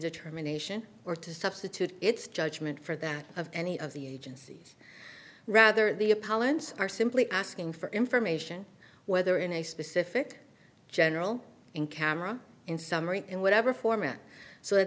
determination or to substitute its judgment for that of any of the agencies rather the a pollens are simply asking for information whether in a specific general in camera in summary in whatever format so